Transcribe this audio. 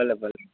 ભલે ભલે